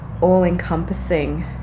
all-encompassing